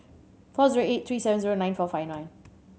four zero eight three seven nine four five one